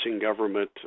government